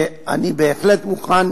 אני בהחלט מוכן,